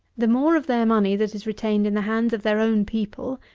the more of their money that is retained in the hands of their own people,